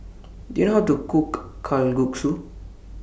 Do YOU know How to Cook Kalguksu